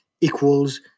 equals